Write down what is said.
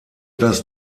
das